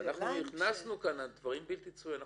אז אנחנו הכנסנו כאן על דברים בלתי צפויים.